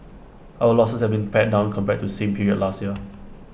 our losses have been pared down compared to same period last year